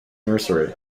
nursery